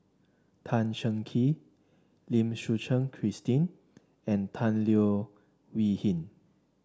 Tan Cheng Kee Lim Suchen Christine and Tan Leo Wee Hin